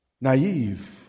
naive